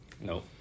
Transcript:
No